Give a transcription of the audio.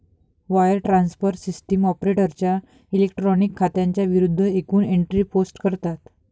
wire transfer system ऑपरेटरच्या electronic खात्यांच्या विरूद्ध एकूण एंट्री पोस्ट करतात